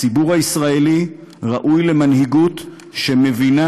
הציבור הישראלי ראוי למנהיגות שמבינה,